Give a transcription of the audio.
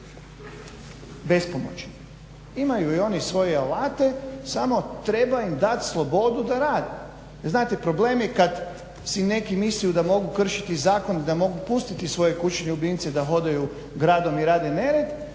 bespomoćni. Imaju i oni svoje alate samo treba im dati slobodu da rade. Jer znate problem je kada si neki misle da mogu kršiti zakon i da mogu pustiti svoje kućne ljubimce da hodaju gradom i rade nered,